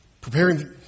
preparing